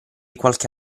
qualche